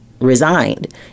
resigned